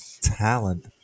talent